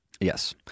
Yes